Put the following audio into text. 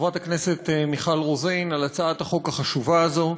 חברת הכנסת מיכל רוזין, על הצעת החוק החשובה הזו.